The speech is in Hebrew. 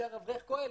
להישאר אברך כולל,